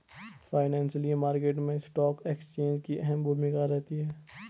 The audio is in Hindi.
फाइनेंशियल मार्केट मैं स्टॉक एक्सचेंज की अहम भूमिका रहती है